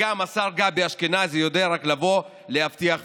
וגם השר גבי אשכנזי יודע רק לבוא, להבטיח ולברוח.